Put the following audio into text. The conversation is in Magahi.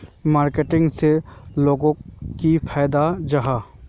मार्केटिंग से लोगोक की फायदा जाहा?